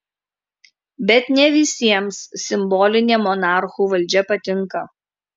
bet ne visiems simbolinė monarchų valdžia patinka